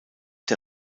der